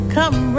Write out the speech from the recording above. Come